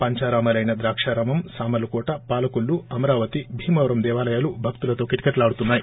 పంచారామాలైన ద్రాకారామం సామర్లకోట పాలకొల్లు అమరావతి భీమవరం దేవాలయాలు భక్తులతో కిటకిటలాడుతున్నాయి